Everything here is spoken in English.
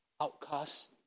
outcasts